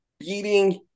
beating